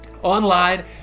online